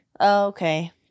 Okay